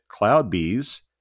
CloudBees